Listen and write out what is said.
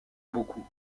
beaucoup